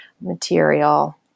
material